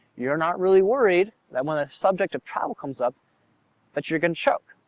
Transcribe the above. you're not really worried that when a subject of travel comes up that you're gonna choke.